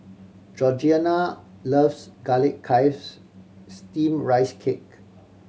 Georgeanna loves Garlic Chives Steamed Rice Cake